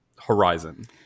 horizon